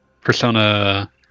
Persona